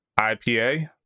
IPA